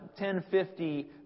1050